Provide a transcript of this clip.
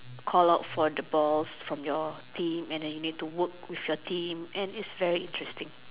call out for the ball from your team and then you need to work with your team and is very interesting